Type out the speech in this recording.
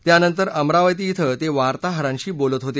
त्यानंतर अमरावती इथं ते वार्ताहरांशी बोलत होते